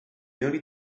early